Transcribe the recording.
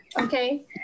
okay